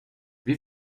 wie